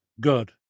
Good